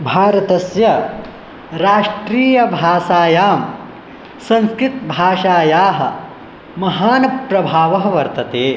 भारतस्य राष्ट्रियभाषायां संस्कृतभाषायाः महान् प्रभावः वर्तते